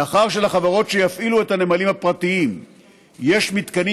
מאחר שלחברות שיפעילו את הנמלים הפרטיים יש מתקנים